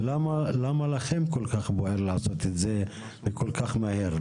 למה לכם כול כך בוער לעשות את זה כול כך מהר?